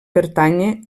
pertànyer